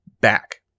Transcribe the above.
back